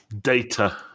Data